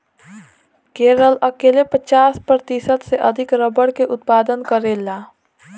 केरल अकेले पचासी प्रतिशत से अधिक रबड़ के उत्पादन करेला